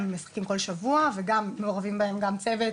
הם משחקים כל שבוע וגם מעורבים בהם גם צוות